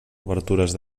obertures